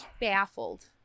Baffled